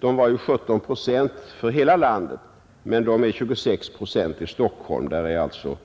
det var ju 17 procent för hela landet, kommer Stockholm upp till 26 procent.